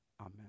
Amen